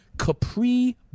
Capri